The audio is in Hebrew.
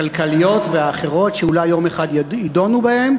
הכלכליות והאחרות, שאולי יום אחד ידונו בהן,